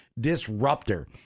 disruptor